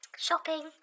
shopping